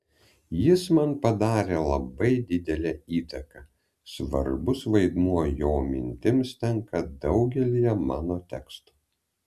jis man padarė labai didelę įtaką svarbus vaidmuo jo mintims tenka daugelyje mano tekstų